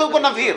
קודם כול, נבהיר.